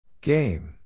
Game